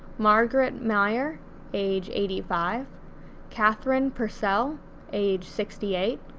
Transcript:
margaret meyer age eighty five catherine purcell age sixty eight,